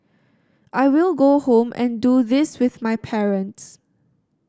I will go home and do this with my parents